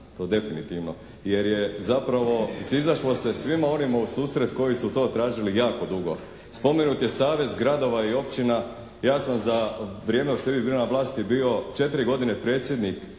to definitivno, jer je zapravo izašlo se svima onima u susret koji su to tražili jako dugo. Spomenut je savez gradova i općina. Ja sam za vrijeme dok ste vi bili na vlasti bio četiri godine predsjednik